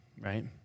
Right